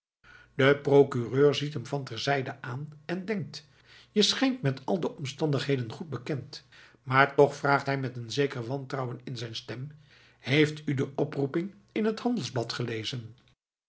de procureur ziet hem van ter zijde aan en denkt je schijnt met al de omstandigheden goed bekend maar toch vraagt hij met een zeker wantrouwen in zijn stem heeft u de oproeping in het handelsblad gelezen